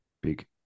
Big